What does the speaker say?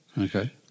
okay